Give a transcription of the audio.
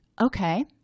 okay